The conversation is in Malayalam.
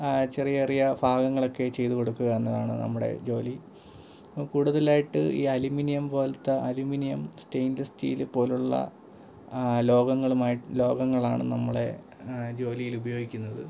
ചെറിയ ചെറിയ ഭാഗങ്ങളൊക്കെ ചെയ്ത് കൊടുക്കുക എന്നതാണ് നമ്മുടെ ജോലി അപ്പോൾ കൂടുതലായിട്ട് ഈ അലൂമിനിയം പോലെത്തെ അലൂമിനിയം സ്റ്റൈൻലെസ്സ് സ്റ്റീല് പോലുള്ള ലോഹങ്ങളുമായി ലോഹങ്ങളാണ് നമ്മളെ ജോലിയിൽ ഉപയോഗിക്കുന്നത്